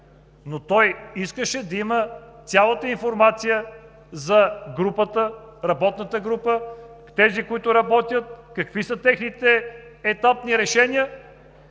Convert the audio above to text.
Но той искаше да има цялата информация за работната група – тези, които работят, какви са техните етапни решения.